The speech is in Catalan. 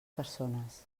persones